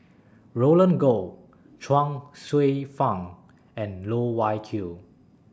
Roland Goh Chuang Hsueh Fang and Loh Wai Kiew